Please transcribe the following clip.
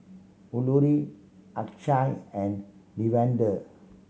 Alluri Akshay and Davinder